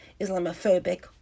Islamophobic